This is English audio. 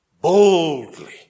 boldly